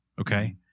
okay